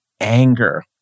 anger